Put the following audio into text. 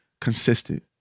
consistent